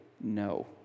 no